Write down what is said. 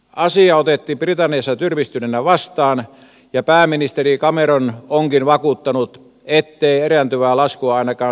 asia otettiin britanniassa tyrmistyneenä vastaan ja pääministeri cameron onkin vakuuttanut ettei erääntyvää laskua ainakaan sellaisenaan makseta